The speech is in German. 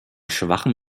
schwachem